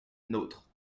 notre